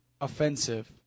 offensive